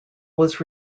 was